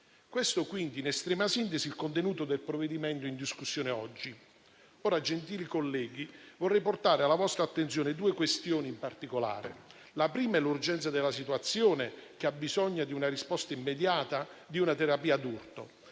Questo, quindi, in estrema sintesi è il contenuto del provvedimento in discussione oggi. Ora, gentili colleghi, vorrei portare alla vostra attenzione due questioni in particolare. La prima è l'urgenza della situazione, che ha bisogno di una risposta immediata e di una terapia d'urto.